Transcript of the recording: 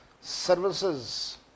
services